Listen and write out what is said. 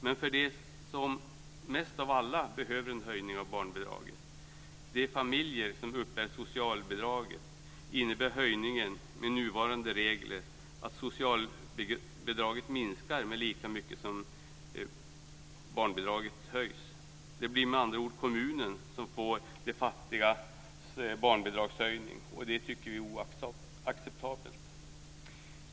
Men för dem som mest av alla behöver en höjning av barnbidraget, de familjer som uppbär socialbidrag, innebär höjningen med nuvarande regler att socialbidraget minskar med lika mycket som barnbidraget höjs. Det blir med andra ord kommunen som får de fattigas barnbidragshöjning, och det tycker vi är oacceptabelt.